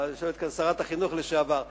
ויושבת כאן שרת החינוך לשעבר,